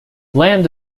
land